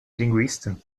linguistin